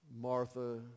Martha